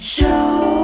Show